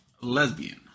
Lesbian